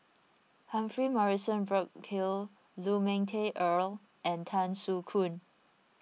Humphrey Morrison Burkill Lu Ming Teh Earl and Tan Soo Khoon